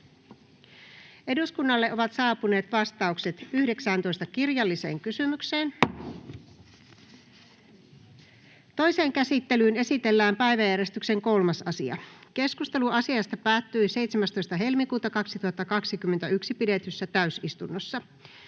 edustajille. (Pöytäkirjan liite 3A) Toiseen käsittelyyn esitellään päiväjärjestyksen 4. asia. Keskustelu asiasta päättyi 17.2.2021 pidetyssä täysistunnossa.